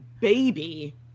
baby